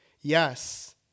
Yes